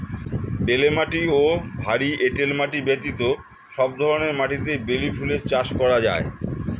বেলে মাটি ও ভারী এঁটেল মাটি ব্যতীত সব ধরনের মাটিতেই বেলি ফুল চাষ করা যায়